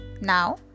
Now